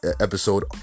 episode